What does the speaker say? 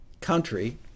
country